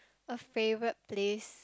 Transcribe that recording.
a favourite place